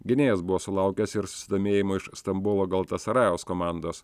gynėjas buvo sulaukęs ir susidomėjimo iš stambulo galatasarajaus komandos